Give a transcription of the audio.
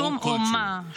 שום אומה,